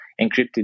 encrypted